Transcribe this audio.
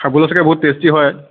খাবলৈ চাগে বহুত টেষ্টি হয়